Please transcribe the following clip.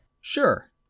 Sure